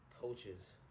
Coaches